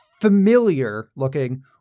familiar-looking